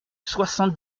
soixante